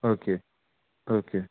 okay okay